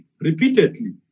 repeatedly